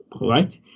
right